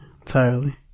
entirely